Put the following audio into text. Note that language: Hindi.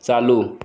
चालू